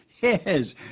Yes